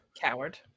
coward